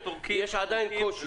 יש עדיין קושי.